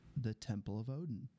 thetempleofodin